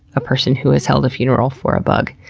a person who has held a funeral for a bug.